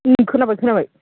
उम खोनाबाय खोनाबाय